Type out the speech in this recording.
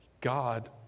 God